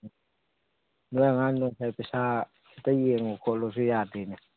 ꯅꯣꯏ ꯑꯉꯥꯡꯗꯣ ꯉꯁꯥꯏ ꯄꯩꯁꯥ ꯈꯤꯇ ꯌꯦꯡꯉꯨ ꯈꯣꯠꯂꯣꯁꯨ ꯌꯥꯗꯦꯅꯦ